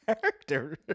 character